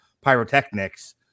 pyrotechnics